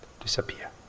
disappear